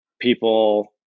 people